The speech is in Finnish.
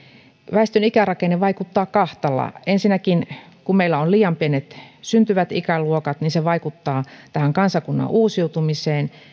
väestön ikärakenne vaikuttaa kahtaalla ensinnäkin kun meillä on liian pienet syntyvät ikäluokat niin se vaikuttaa tähän kansakunnan uusiutumiseen